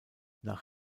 nach